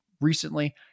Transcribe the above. recently